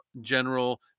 General